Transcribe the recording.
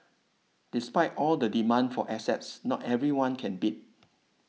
despite all the demand for assets not everyone can bid